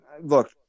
look